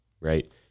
right